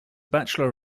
bachelor